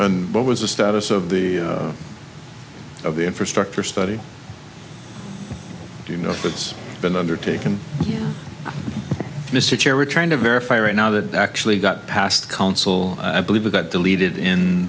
ok what was the status of the of the infrastructure study do you know if it's been undertaken mr chair we're trying to verify right now that actually got past council i believe that deleted in